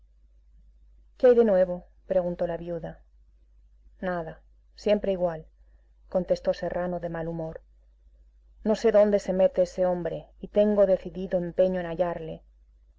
qué hay de nuevo preguntó la viuda nada siempre igual contestó serrano de mal humor no sé dónde se mete ese hombre y tengo decidido empeño en hallarle